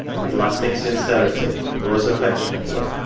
with lasting sincerity, yours affectionately,